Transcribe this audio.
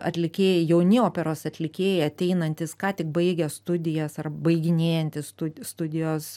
atlikėjai jauni operos atlikėjai ateinantys ką tik baigę studijas ar baiginėjantys stu studijos